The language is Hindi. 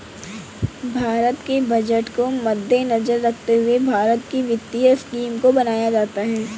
भारत के बजट को मद्देनजर रखते हुए भारत की वित्तीय स्कीम को बनाया जाता है